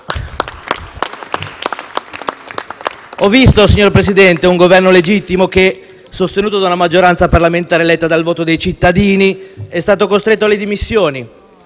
e M5S).* Signor Presidente, ho visto un Governo legittimo che, sostenuto da una maggioranza parlamentare eletta dal voto dei cittadini, è stato costretto alle dimissioni,